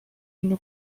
eine